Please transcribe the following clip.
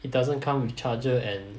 it doesn't come with charger and